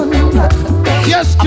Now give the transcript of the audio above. Yes